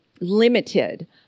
limited